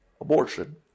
abortion